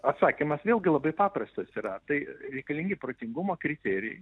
atsakymas vėlgi labai paprastas yra tai reikalingi protingumo kriterijai